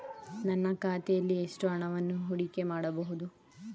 ನನ್ನ ಖಾತೆಯಲ್ಲಿ ಎಷ್ಟು ಹಣವನ್ನು ಹೂಡಿಕೆ ಮಾಡಬಹುದು?